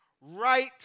right